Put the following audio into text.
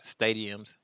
stadiums